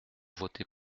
voter